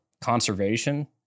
conservation